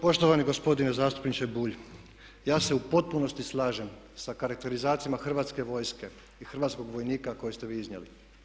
Poštovani gospodine zastupniče Bulj, ja se u potpunosti slažem sa karakterizacijama Hrvatske vojske i hrvatskog vojnika koji ste vi iznijeli.